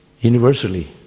Universally